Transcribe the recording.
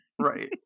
right